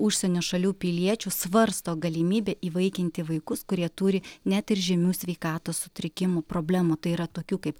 užsienio šalių piliečių svarsto galimybę įvaikinti vaikus kurie turi net ir žymių sveikatos sutrikimų problemų tai yra tokių kaip